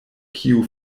kiu